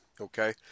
okay